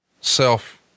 self